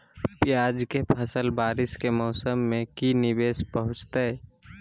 प्याज के फसल बारिस के मौसम में की निवेस पहुचैताई?